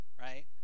right